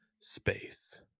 Space